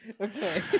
Okay